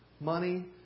Money